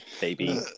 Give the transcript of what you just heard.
baby